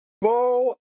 Bo